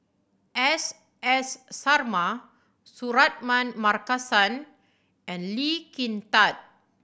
S S Sarma Suratman Markasan and Lee Kin Tat